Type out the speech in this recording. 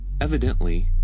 Evidently